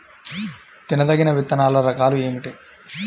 తినదగిన విత్తనాల రకాలు ఏమిటి?